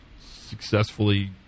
successfully